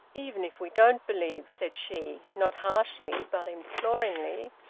even if we don't believe, said she not harshly, but imploringly,